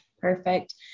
Perfect